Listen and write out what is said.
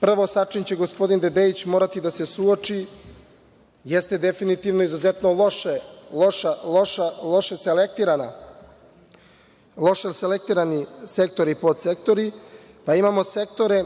prvo sa čim će gospodin Dedeić morati da se suoči jeste definitivno izuzetno loše selektirani sektori i podsektori. Pa imamo podsektore